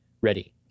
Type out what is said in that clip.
ready